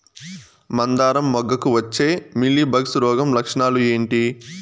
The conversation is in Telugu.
మందారం మొగ్గకు వచ్చే మీలీ బగ్స్ రోగం లక్షణాలు ఏంటి?